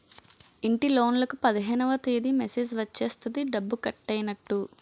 ఇంటిలోన్లకు పదిహేనవ తేదీ మెసేజ్ వచ్చేస్తది డబ్బు కట్టైనట్టు